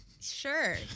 Sure